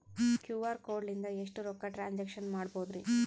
QR code ಲಿಂದ ಎಷ್ಟ ರೊಕ್ಕ ಟ್ರಾನ್ಸ್ಯಾಕ್ಷನ ಮಾಡ್ಬೋದ್ರಿ?